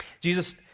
Jesus